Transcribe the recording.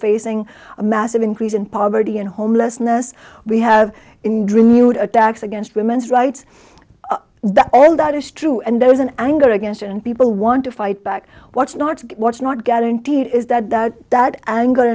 facing a massive increase in poverty and homelessness we have in dream you attacks against women's rights all that is true and there is an anger against it and people want to fight back what's not what's not guaranteed is that that that anger